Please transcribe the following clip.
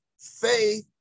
faith